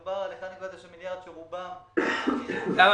מדובר על 1.9 מיליארד שרובם -- למה,